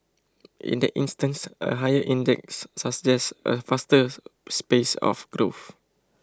in that instance a higher index suggests a faster space of growth